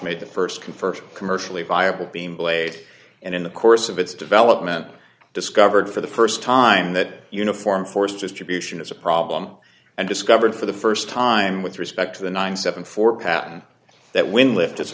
made the first come first commercially viable being played and in the course of its development discovered for the first time that uniform force distribution is a problem and discovered for the first time with respect to the nine seven four patent that when lift